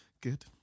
good